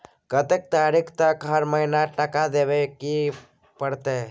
कत्ते तारीख तक हर महीना टका देबै के परतै?